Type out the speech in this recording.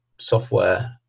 software